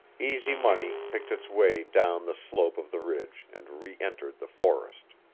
easy money picked its way down the slope of the ridge and re-entered the forest.